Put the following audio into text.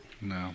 No